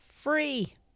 free